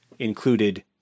Included